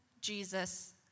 Jesus